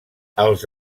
els